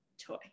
toy